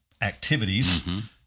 activities